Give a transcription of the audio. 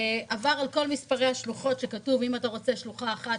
עבר על מספרי השלוחות שכתוב אם אתה רוצה שלוחה אחת,